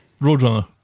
Roadrunner